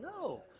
no